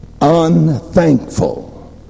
unthankful